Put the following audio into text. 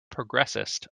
progressist